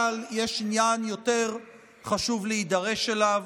אבל יש עניין יותר חשוב להידרש אליו.